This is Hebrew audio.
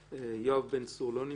יואב בן צור לא נמצא.